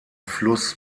fluss